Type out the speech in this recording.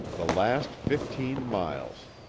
the last fifteen miles.